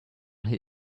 hid